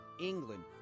England